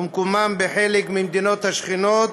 ומקומם בחלק ממדינות השכנות